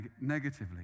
negatively